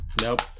nope